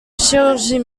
chirurgie